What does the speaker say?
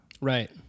right